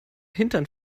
hintern